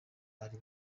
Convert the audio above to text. ari